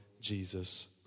Jesus